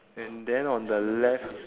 and then on the left is